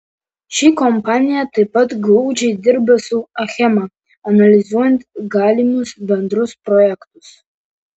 ši kompanija taip pat glaudžiai dirba su achema analizuojant galimus bendrus projektus